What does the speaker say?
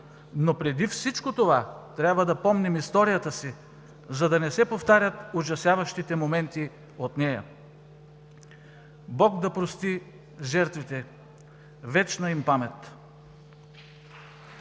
Но преди всичко това, трябва да помним историята си, за да не се повтарят ужасяващите моменти от нея. Бог да прости жертвите! Вечна им памет!